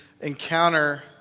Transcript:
encounter